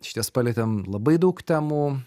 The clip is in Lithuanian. išties palietėm labai daug temų